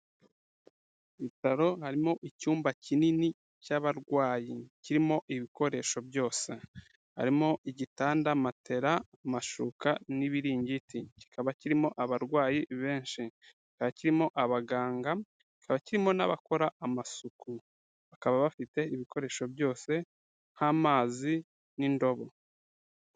Ibitaro harimo icyumba kinini cy'abarwayi, kirimo ibikoresho byose, harimo igitanda, matera, amashuka n'ibiringiti, kikaba kirimo abarwayi benshi, kikaba kirimo abaganga, kikaba kirimo n'abakora amasuku, bakaba bafite ibikoresho byose nk'amazi n'indobo.